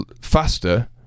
faster